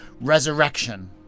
resurrection